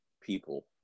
people